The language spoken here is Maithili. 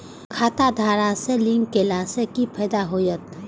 खाता आधार से लिंक केला से कि फायदा होयत?